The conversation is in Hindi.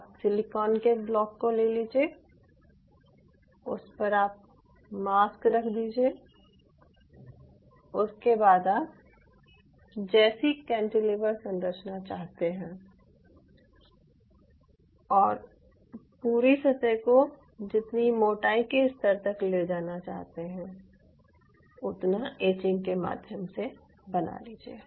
आप सिलिकॉन के ब्लॉक को ले लीजिये उस पर आप मास्क रख दीजिये उसके बाद आप जैसी कैंटिलीवर संरचना चाहते हैं और पूरी सतह को जितनी मोटाई के स्तर तक ले जाना चाहते हैं उतना एचिंग के माध्यम से बना लीजिये